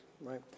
right